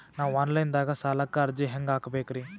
ನಾವು online ದಾಗ ಸಾಲಕ್ಕ ಅರ್ಜಿ ಹೆಂಗ ಹಾಕಬೇಕ್ರಿ?